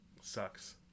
sucks